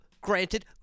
Granted